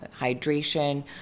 hydration